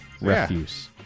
Refuse